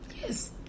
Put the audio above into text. Yes